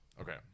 okay